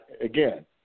again